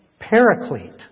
Paraclete